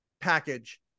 package